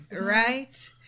Right